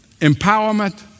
empowerment